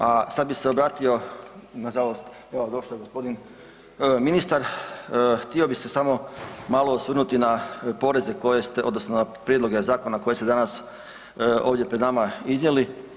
A sada bi se obratio, na žalost evo došao je gospodin ministar, htio bih se samo malo osvrnuti na poreze koje ste odnosno na prijedloge zakona koje ste danas ovdje pred nama iznijeli.